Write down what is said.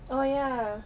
oh ya